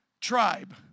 tribe